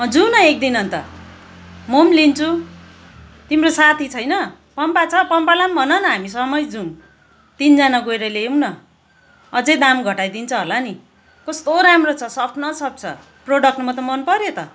जाउँ न एकदिन अन्त म पनि लिन्छु तिम्रो साथी छैन पम्फा छ पम्फालाई पनि भन न हामीसँगै जाउँ तिनजना गएर ल्याउँ न अझै दाम घटाइदिन्छ होला नि कस्तो राम्रो छ सफ्ट न सफ्ट छ प्रोडक्ट त म त मन पऱ्यो त